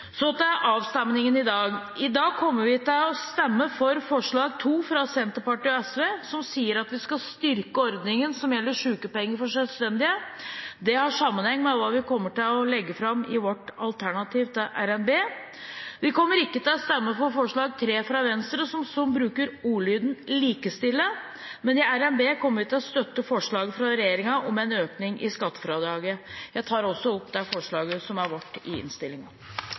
Så til avstemningen i dag. I dag kommer vi til å stemme for forslag 2, fra Senterpartiet og Venstre, som sier at vi skal styrke ordningen som gjelder sykepenger for selvstendige. Det har sammenheng med hva vi kommer til å legge fram i vårt alternativ til RNB. Vi kommer ikke til å stemme for forslag 3, fra Venstre, som bruker ordlyden «likestille», men i RNB kommer vi til å støtte forslaget fra regjeringen om en økning i skattefradraget. Jeg tar opp forslaget vårt i innstillingen. Representanten Rigmor Aasrud har tatt opp det forslaget